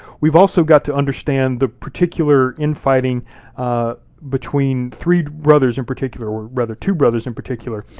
we've also got to understand the particular infighting between three brothers in particular, or rather two brothers in particular.